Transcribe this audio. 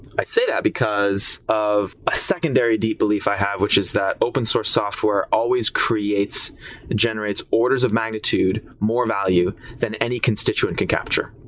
i say that because of a secondary deep belief i have, which is that open source software always creates and generates orders of magnitude more value than any constituent can capture.